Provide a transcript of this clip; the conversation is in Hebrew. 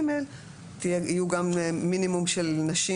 ג יהיו גם מינימום של נשים,